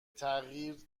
تغییر